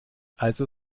also